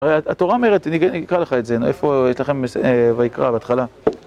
התורה אומרת, אני אקרא לך את זה, איפה יש לכם... ויקרא, בהתחלה